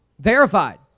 Verified